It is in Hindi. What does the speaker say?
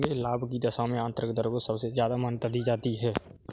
लाभ की दशा में आन्तरिक दर को सबसे ज्यादा मान्यता दी जाती है